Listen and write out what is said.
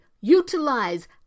utilize